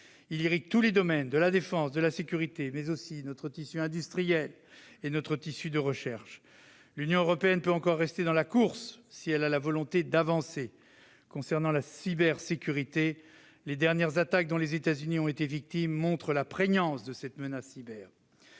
Il irrigue tous les domaines de la défense et de la sécurité, mais aussi notre tissu industriel et de recherche. L'Union européenne peut encore rester dans la course si elle a la volonté d'avancer. Concernant la cybersécurité, les dernières attaques dont les États-Unis ont été victimes montrent la prégnance de la menace cyber.